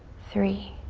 three,